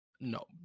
No